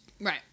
right